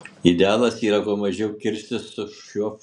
idealas yra kuo mažiau kirstis su šiuo fonu